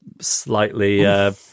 slightly